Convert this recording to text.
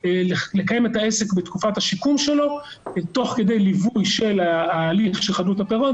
פתחנו בתוך מוקד 118 של משרד הרווחה ,